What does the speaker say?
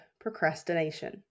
procrastination